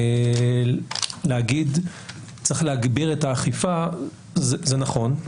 להגיד שצריך להגביר את האכיפה זה נכון,